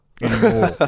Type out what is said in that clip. anymore